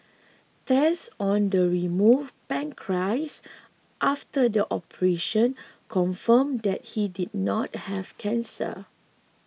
tests on the removed pancreas after the operation confirmed that he did not have cancer